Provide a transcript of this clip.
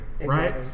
right